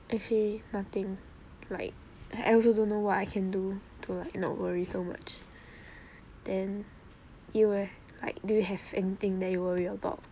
actually nothing like I also don't know what I can do to like not worry so much then you leh like do you have anything that you worry about